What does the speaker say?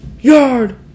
yard